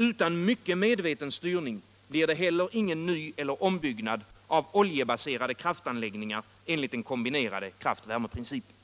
Utan mycket medveten styrning blir det vidare ingen nyeller ombyggnad av oljebaserade kraftanläggningar enligt den kombinerade kraft-värmeprincipen.